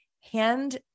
hand